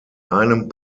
einem